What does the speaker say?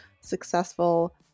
successful